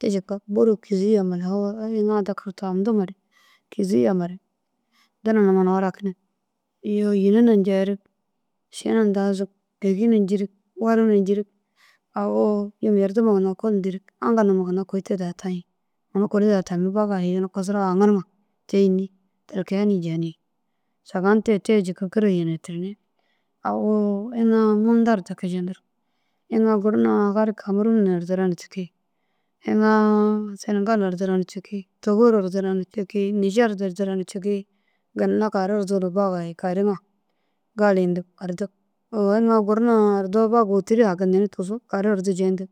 Te jika buru kîzii yamare awu iŋa deki ru tamtumare kîzii yaamare dina numa na furakinig. Iyoo yîna na ncerig ši na nazig êgina ncirig wori na ncirig. Awu yim yerdima ginna ekol nterig aŋkal numa ginna kôi te daha tayi. Ini kuiri daha tami bag ai yunu kisiroo haŋiriŋa te înni? Ti kee ni jendirig. Sahun te kîr te jika ncinetini agu iŋa muna deki jentir iŋa gur na aga ru Kamerûn irdira na ciki iŋa Senegalu irdira na ciki Tôgo ru irdira na ciki Niger du irdira na cikii ginna karu urdure « bag ai karuŋa gali » yintig irdig. Owonni iŋa guru na irdoo baguũ ôturu hakintini tussu karu irdu jeyintig.